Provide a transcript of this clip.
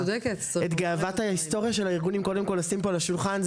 את גאוות ההיסטוריה של הארגונים קודם כל לשים ככה פה על השולחן.